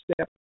step